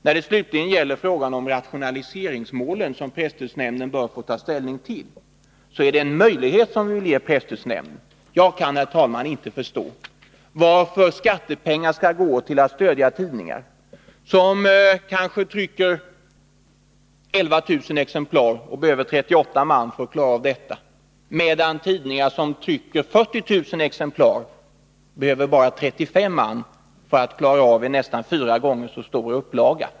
När det slutligen gäller frågan om rationaliseringsmålen, som presstödsnämnden bör få ta ställning till, så är det en möjlighet som vi vill ge presstödsnämnden. Jag kan, herr talman, inte förstå varför skattepengar skall gå till att stödja tidningar som kanske trycker 11 000 exemplar och behöver 38 man för att klara av detta, medan tidningar som trycker 40 000 exemplar bara behöver 35 man för att klara av en nästan fyra gånger så stor upplaga.